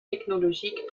technologiques